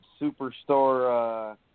superstar –